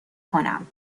کنم